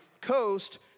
coast